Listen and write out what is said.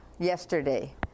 yesterday